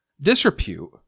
Disrepute